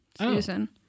Susan